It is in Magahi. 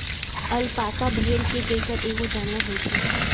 अलपाका भेड़ के जइसन एगो जानवर होई छई